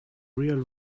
real